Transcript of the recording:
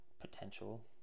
potential